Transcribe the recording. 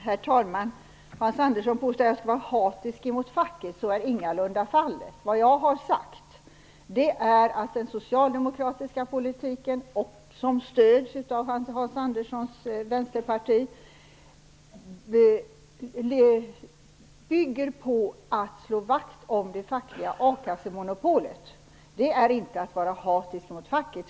Herr talman! Hans Andersson påstod att jag var hatisk mot facket. Så är ingalunda fallet. Vad jag har sagt är att den socialdemokratiska politiken, som stöds av Hans Anderssons parti, bygger på att slå vakt om det fackliga a-kassemonopolet. Det är inte att vara hatisk mot facket.